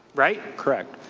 right? correct.